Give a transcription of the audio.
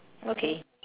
okay